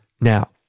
Now